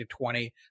20